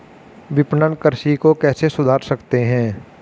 विपणन कृषि को कैसे सुधार सकते हैं?